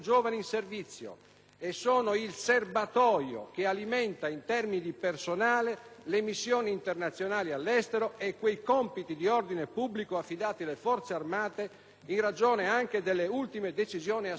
e sono il serbatoio che alimenta, in termini di personale, le missioni internazionali all'estero e quei compiti di ordine pubblico, affidati alle Forze armate, in ragione anche delle ultime decisioni assunte dal Governo.